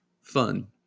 fun